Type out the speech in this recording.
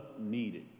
needed